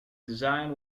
design